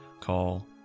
call